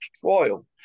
trial